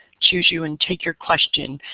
choose you and take your question.